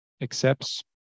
accepts